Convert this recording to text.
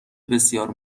بسیار